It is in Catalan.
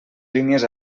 línies